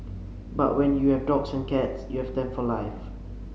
but when you have dogs and cats you have them for life